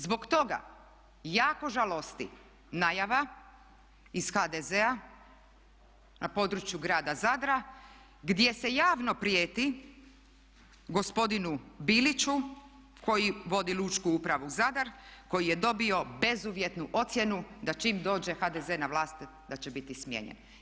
Zbog toga jako žalosti najava iz HDZ-a na području Grada Zadra gdje se javno prijeti gospodinu Biliću koji vodi Lučku upravu Zadar koji je dobio bezuvjetnu ocjenu da čim dođe HDZ na vlast da će biti smijenjen.